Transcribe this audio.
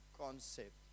concept